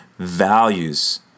values